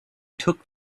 took